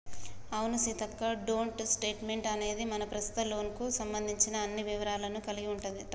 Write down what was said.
అవును Seethakka don't statement అనేది మన ప్రస్తుత లోన్ కు సంబంధించిన అన్ని వివరాలను కలిగి ఉంటదంట